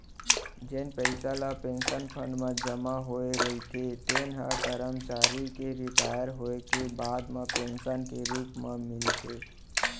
जेन पइसा ल पेंसन फंड म जमा होए रहिथे तेन ह करमचारी के रिटायर होए के बाद म पेंसन के रूप म मिलथे